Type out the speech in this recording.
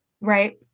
right